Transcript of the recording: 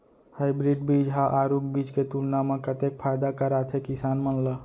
Hybrid बीज हा आरूग बीज के तुलना मा कतेक फायदा कराथे किसान मन ला?